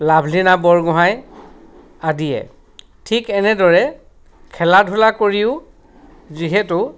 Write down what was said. লাভলিনা বৰগোহাঁই আদিয়ে ঠিক এনেদৰে খেলা ধূলা কৰিও যিহেতু